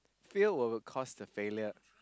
fear will cause the failure